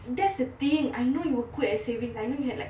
that's the thing I know you were good at savings I know you had like